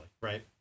right